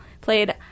played